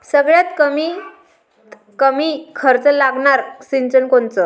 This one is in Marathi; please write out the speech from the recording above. सगळ्यात कमीत कमी खर्च लागनारं सिंचन कोनचं?